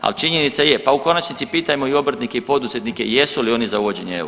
Ali činjenica je, pa u konačnici pitajmo i obrtnike i poduzetnike jesu li oni za uvođenje eura?